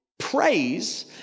Praise